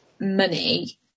money